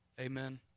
Amen